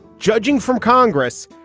judging from congress,